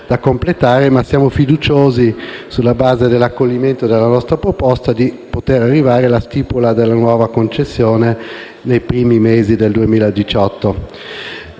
Grazie